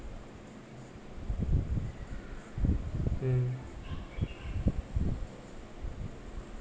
mm